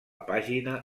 pàgina